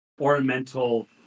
ornamental